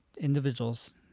individuals